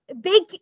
Big